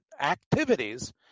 activities